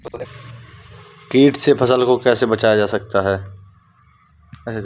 कीट से फसल को कैसे बचाया जाता हैं?